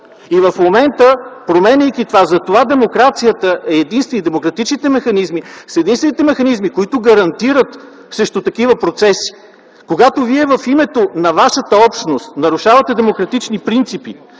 И в момента. Затова демокрацията и демократичните механизми са единствените механизми, които гарантират срещу такива процеси. Когато вие в името на вашата общност нарушавате демократични принципи,